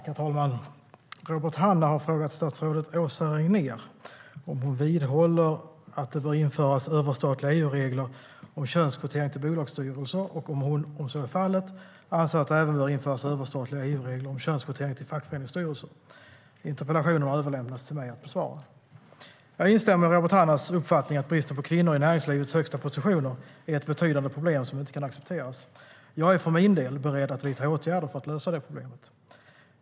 Herr talman! Robert Hannah har frågat statsrådet Åsa Regnér om hon vidhåller att det bör införas överstatliga EU-regler om könskvotering till bolagsstyrelser och om hon, om så är fallet, anser att det även bör införas överstatliga EU-regler om könskvotering till fackföreningsstyrelser. Interpellationen har överlämnats till mig att besvara. Jag instämmer i Robert Hannahs uppfattning att bristen på kvinnor i näringslivets högsta positioner är ett betydande problem som inte kan accepteras. Jag är för min del beredd att vidta åtgärder för att lösa detta problem.